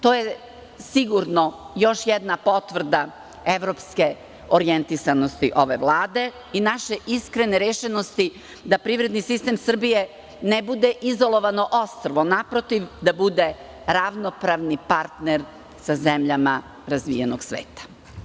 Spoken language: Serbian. To je sigurno još jedna potvrda evropske orijentisanosti ove vlade i naše iskrene rešenosti da privredni sistem Srbije ne bude izolovano ostrvo, naprotiv, da bude ravnopravni partner sa zemljama razvijenog sveta.